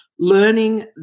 learning